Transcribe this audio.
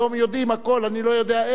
יודעים למצוא כל דבר,